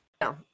No